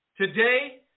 Today